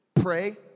pray